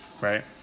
Right